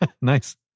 Nice